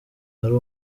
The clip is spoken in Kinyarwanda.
ari